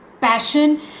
passion